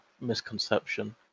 misconception